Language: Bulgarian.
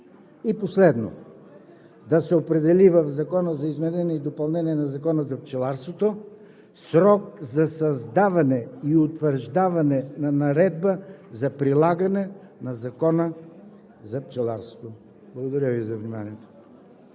И последно, да се определи в Закона за изменение и допълнение на Закона за пчеларството срок за създаване и утвърждаване на наредба за прилагане на Закона за пчеларството. Благодаря Ви за вниманието.